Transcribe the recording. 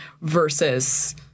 versus